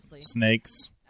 snakes